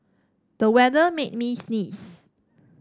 the weather made me sneeze